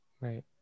right